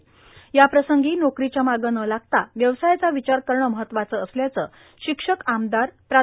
तर याप्रसंगी नोकरीच्या मागं न लागता व्यवसायाचा विचार करणं महत्वाचं असल्याचं शिक्षक आमदार प्रा